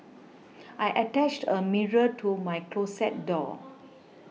I attached a mirror to my closet door